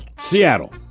Seattle